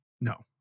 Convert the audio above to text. No